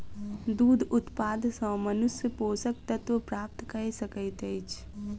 दूध उत्पाद सॅ मनुष्य पोषक तत्व प्राप्त कय सकैत अछि